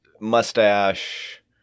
Mustache